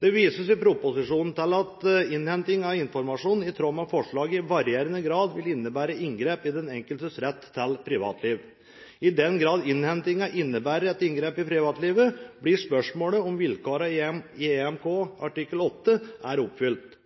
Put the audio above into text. Det vises i proposisjonen til at innhenting av informasjon i tråd med forslaget i varierende grad vil innebære inngrep i den enkeltes rett til privatliv. I den grad innhentingen innebærer et inngrep i privatlivet, blir spørsmålet om vilkårene i EMK artikkel 8 er oppfylt.